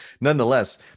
nonetheless